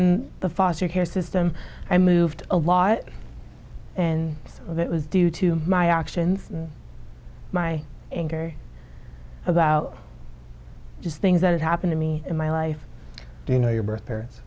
in the foster care system i moved a lot and that was due to my actions and my anger about just things that happen to me in my life you know your birth